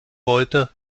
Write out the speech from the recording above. wollte